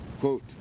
Quote